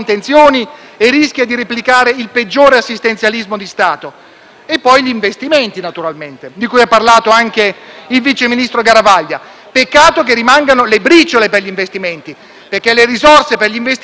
sono gli investimenti, naturalmente, di cui ha parlato anche il sottosegretario Garavaglia. Peccato che rimangano le briciole per gli investimenti, perché le risorse per gli investimenti sono meno del 15 per cento della manovra triennale.